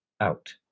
out